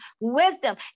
wisdom